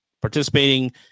participating